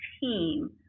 team